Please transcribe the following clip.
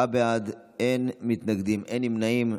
תשעה בעד, אין מתנגדים, אין נמנעים.